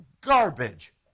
garbage